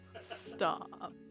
Stop